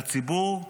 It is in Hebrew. ולציבור,